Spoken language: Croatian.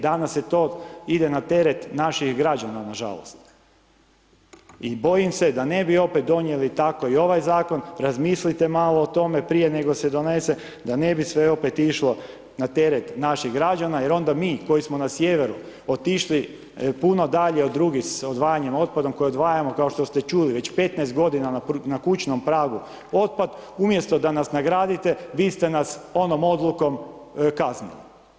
Danas je to, ide na teret naših građana na žalost i bojim se da ne bi opet donijeli tako i ovaj zakon, razmislite malo o tome prije nego se donese, da ne bi opet išlo sve na teret naših građana, jer onda mi koji smo na sjeveru otišli puno dalje od drugih s odvajanjem otpada, koji odvajamo kao što ste čuli već 15 godina na kućnom pragu otpad, umjesto da nas nagradite vi ste nas onom odlukom kaznili.